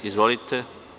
Izvolite.